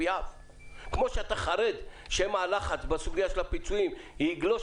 כמו שאתה חרד שמא הלחץ בסוגיה של הפיצויים יגלוש